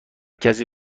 کسی